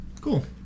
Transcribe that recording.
Cool